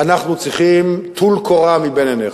אנחנו צריכים, טול קורה מבין עיניך.